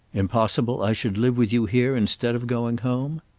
impossible i should live with you here instead of going home?